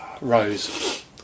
Rose